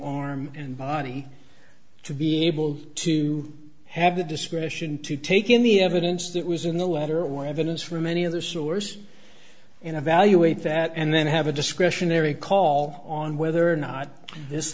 arm and body to be able to have the discretion to take in the evidence that was in the letter or evidence from any other source and evaluate that and then have a discretionary call on whether or not this